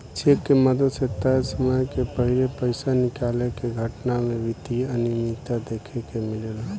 check के मदद से तय समय के पाहिले पइसा निकाले के घटना में वित्तीय अनिमियता देखे के मिलेला